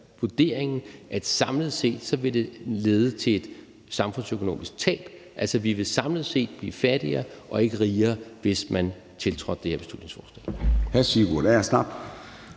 vurderingen, at det samlet set ville lede til et samfundsøkonomisk tab. Altså, vi ville samlet set blive fattigere og ikke rigere, hvis man vedtog det her beslutningsforslag.